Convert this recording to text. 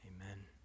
Amen